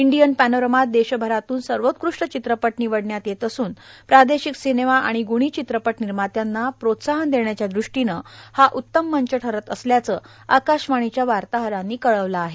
Indian पॅनोरमात देशभरातून सर्वोत्कृष्ट चित्रपट निवडण्यात येत असून प्रादेशिक सिनेमा आणि ग्णी चित्रपट निर्मात्यांना प्रोत्साहन देण्याच्या दृष्टीनं हा उत्तम मंच ठरत असल्याचं आकाशवाणीच्या वार्ताहरांन कळवलं आहे